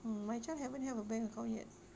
mm my child haven't have a bank account yet